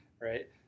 right